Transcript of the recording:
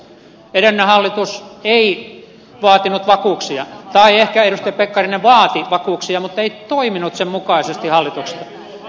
edellinen hallitus ei vaatinut vakuuksia tai ehkä edustaja pekkarinen vaati vakuuksia mutta ei toiminut sen mukaisesti hallituksessa